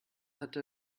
hatte